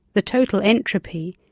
the total entropy,